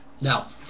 Now